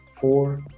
Four